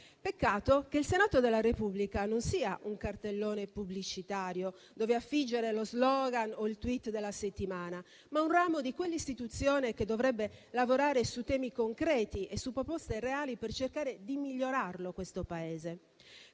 Peccato che il Senato della Repubblica non sia un cartellone pubblicitario dove affiggere lo *slogan* o il *tweet* della settimana, ma un ramo di quell'istituzione che dovrebbe lavorare su temi concreti e su proposte reali per cercare di migliorarlo, questo Paese.